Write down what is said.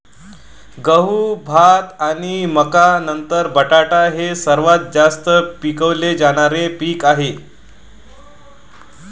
गहू, भात आणि मका नंतर बटाटा हे सर्वात जास्त पिकवले जाणारे पीक आहे